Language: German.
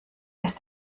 ist